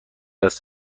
است